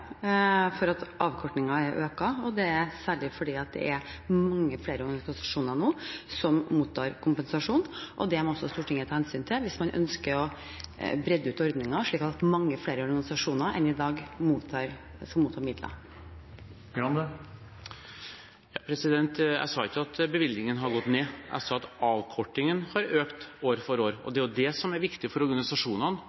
på at avkortingen er økt, og det er særlig fordi det nå er mange flere organisasjoner som mottar kompensasjon. Det må også Stortinget ta hensyn til hvis man ønsker å bredde ut ordningen slik at mange flere organisasjoner enn i dag mottar midler. Jeg sa ikke at bevilgningen har gått ned, jeg sa at avkortingen har økt år for år.